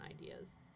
ideas